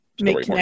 make